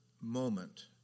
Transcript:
moment